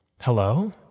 Hello